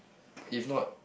if not